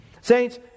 Saints